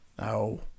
no